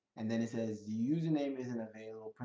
and then it says user name isn't available,